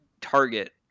target